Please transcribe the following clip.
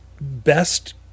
best